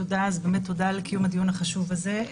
תודה על קיום הדיון החשוב הזה.